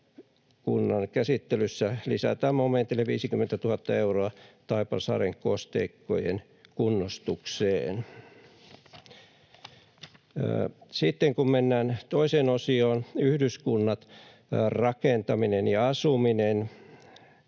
valiokunnan käsittelyssä lisätään momentille 50 000 euroa Taipalsaaren kosteikkojen kunnostukseen. Sitten kun mennään toiseen osioon, ”Yhdyskunnat, rakentaminen ja asuminen”,